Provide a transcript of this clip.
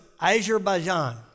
Azerbaijan